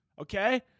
Okay